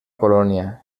colònia